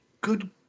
good